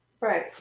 Right